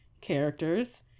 characters